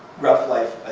rough life,